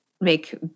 make